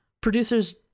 Producers